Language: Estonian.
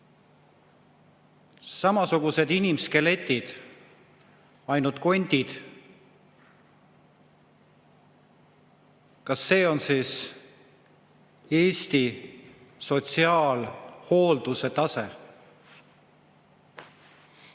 Samasugune inimskelett, ainult kondid. Kas see on siis Eesti sotsiaalhoolduse tase?